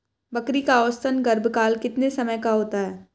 बकरी का औसतन गर्भकाल कितने समय का होता है?